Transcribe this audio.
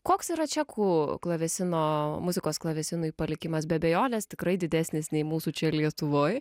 koks yra čekų klavesino muzikos klavesinui palikimas be abejonės tikrai didesnis nei mūsų čia lietuvoj